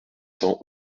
cents